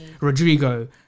Rodrigo